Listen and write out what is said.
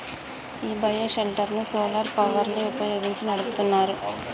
ఈ bio shelter ను solar power ని వుపయోగించి నడుపుతున్నారు